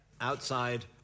outside